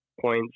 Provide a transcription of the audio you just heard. points